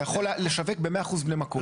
אתה יכול לשווק 100% בני מקום.